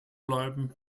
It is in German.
bleiben